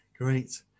great